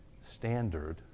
standard